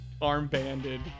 arm-banded